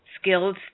skills